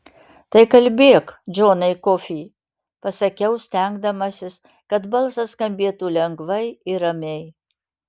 tai kalbėk džonai kofį pasakiau stengdamasis kad balsas skambėtų lengvai ir ramiai